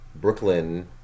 Brooklyn